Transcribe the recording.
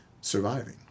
surviving